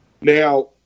Now